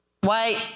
White